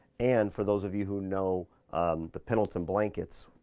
and for those of you who know the pendleton blankets,